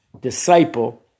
disciple